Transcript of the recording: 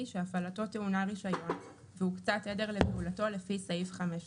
שהפעלתו טעונה רישיון והוקצה תדר לפעולתו לפי סעיף 5 ד'.